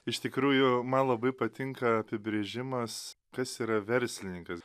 iš tikrųjų man labai patinka apibrėžimas kas yra verslininkas